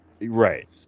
Right